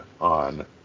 on